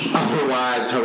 otherwise